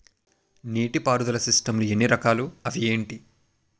నీటిపారుదల సిస్టమ్ లు ఎన్ని రకాలు? అవి ఏంటి?